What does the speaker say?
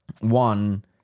One